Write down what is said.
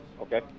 Okay